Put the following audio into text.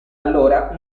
allora